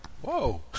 whoa